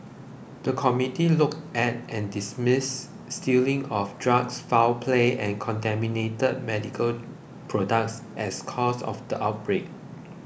the committee looked at and dismissed stealing of drugs foul play and contaminated medical products as causes of the outbreak